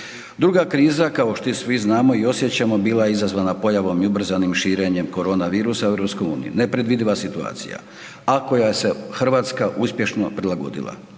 Druga kriza kao što svi znamo i osjećamo bila je izazvana pojavom i ubrzanim širenjem korona virusa u EU. Nepredvidiva situacija, a koja se Hrvatska uspješno prilagodila